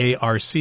ARC